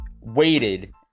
waited